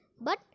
But